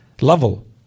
level